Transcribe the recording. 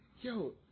Yo